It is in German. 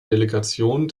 delegation